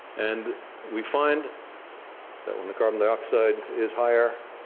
and we find that when carbon dioxide is higher,